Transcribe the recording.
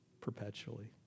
perpetually